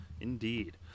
Indeed